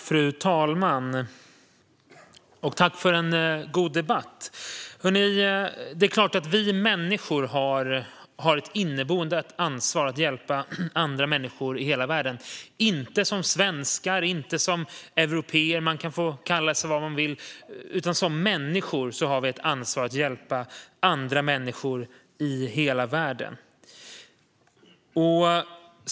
Fru talman! Tack för en bra debatt! Det är klart att vi människor har ett inneboende ansvar att hjälpa andra människor i hela världen, inte som svenskar och inte som européer - man kan kalla sig för vad man vill. Vi har som människor ett ansvar att hjälpa andra människor i hela världen.